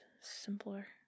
simpler